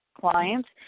clients